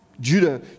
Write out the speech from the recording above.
Judah